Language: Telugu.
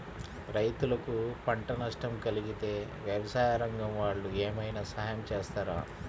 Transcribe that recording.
రైతులకు పంట నష్టం కలిగితే వ్యవసాయ రంగం వాళ్ళు ఏమైనా సహాయం చేస్తారా?